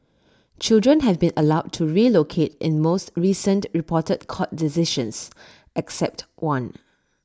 children have been allowed to relocate in most recent reported court decisions except one